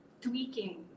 tweaking